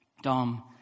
Dom